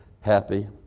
happy